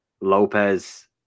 lopez